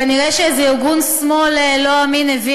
כנראה איזה ארגון שמאל לא-אמין הביא